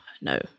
no